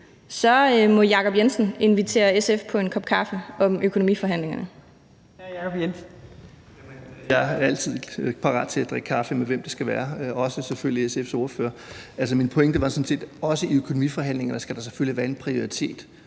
Hr. Jacob Jensen. Kl. 18:56 Jacob Jensen (V): Jeg er altid parat til at drikke kaffe, med hvem det skal være, selvfølgelig også SF's ordfører. Min pointe var sådan set, at også i økonomiforhandlingerne skal der selvfølgelig være en prioritet